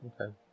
Okay